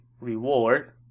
reward